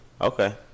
Okay